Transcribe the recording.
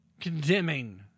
condemning